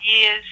years